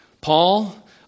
Paul